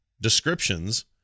descriptions